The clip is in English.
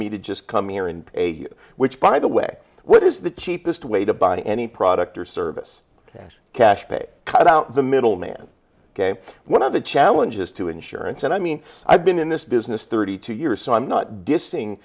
me to just come here in a which by the way what is the cheapest way to buy any product or service cash cash pay cut out the middleman ok what are the challenges to insurance and i mean i've been in this business thirty two years so i'm not dissing